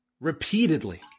repeatedly